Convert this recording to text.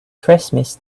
christmas